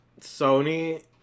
Sony